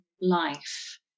life